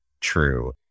true